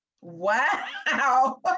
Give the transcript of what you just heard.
wow